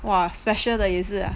!wah! special 的也是 ah